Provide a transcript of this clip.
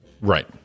Right